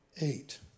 eight